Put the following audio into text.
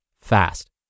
fast